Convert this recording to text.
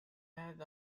had